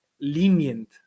lenient